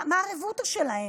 מה הרבותא שלהם?